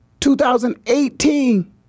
2018